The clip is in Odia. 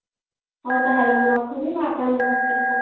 ହଉ ହଉ ତା'ହେଲେ ମୁଁ ରଖୁଛି ମୁଁ ଆପଣଙ୍କ ପାଖରେ